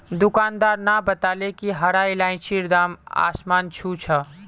दुकानदार न बताले कि हरा इलायचीर दाम आसमान छू छ